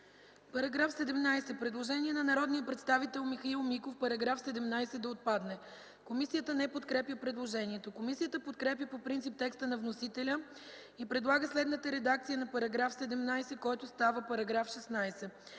Постъпило е предложение на народния представител Михаил Миков –§ 16 да отпадне. Комисията не подкрепя предложението. Комисията подкрепя по принцип текста на вносителя и предлага следната редакция на § 16, който става § 15: „§ 15.